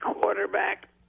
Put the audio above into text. quarterback